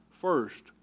first